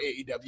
AEW